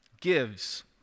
gives